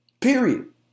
period